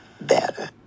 better